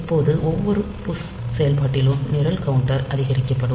இப்போது ஒவ்வொரு புஷ் செயல்பாட்டிலும் நிரல் கவுண்டர் அதிகரிக்கப்படும்